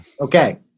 Okay